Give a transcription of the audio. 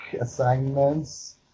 assignments